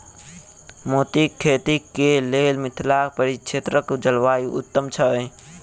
मोतीक खेती केँ लेल मिथिला परिक्षेत्रक जलवायु उत्तम छै?